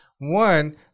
one